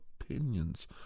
opinions